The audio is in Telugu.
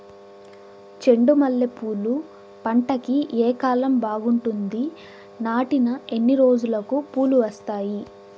చెండు మల్లె పూలు పంట కి ఏ కాలం బాగుంటుంది నాటిన ఎన్ని రోజులకు పూలు వస్తాయి